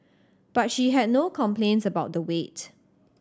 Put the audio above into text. but she had no complaints about the wait